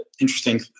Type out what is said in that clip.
interesting